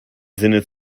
sinne